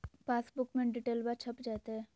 पासबुका में डिटेल्बा छप जयते?